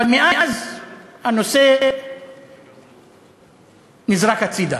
אבל מאז הנושא נזרק הצדה,